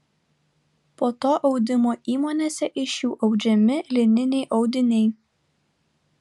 po to audimo įmonėse iš jų audžiami lininiai audiniai